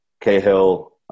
Cahill